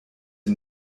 sie